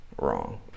wrong